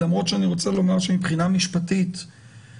למרות שאני רוצה לומר שמבחינה משפטית להגביל